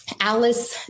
Alice